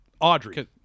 Audrey